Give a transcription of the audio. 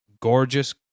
gorgeous